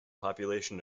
population